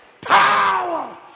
Power